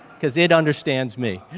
cause it understand me.